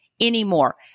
anymore